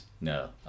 No